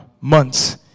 months